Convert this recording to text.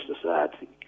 society